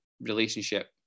relationship